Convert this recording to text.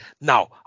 Now